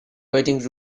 waiting